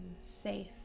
safe